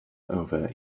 over